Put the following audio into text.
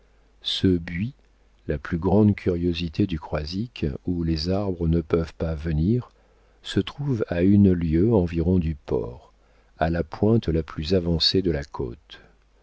ce buis la plus grande curiosité du croisic où les arbres ne peuvent pas venir se trouve à une lieue environ du port à la pointe la plus avancée de la côte